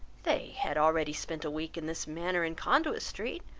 they had already spent a week in this manner in conduit street,